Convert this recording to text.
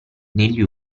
negli